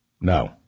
No